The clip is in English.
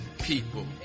people